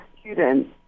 students